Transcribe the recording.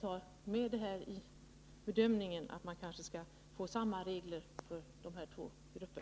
Jag tycker att man bör ha med detta i bedömningen och se till att samma regler gäller för dessa två grupper.